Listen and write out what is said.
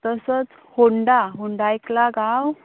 तसोच होंडा होंडा आयकला गांव